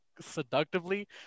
seductively